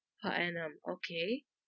per annum okay